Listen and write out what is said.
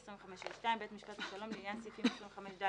25ה2. בית משפט השלום לעניין סעיפים 25ד1